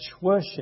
worship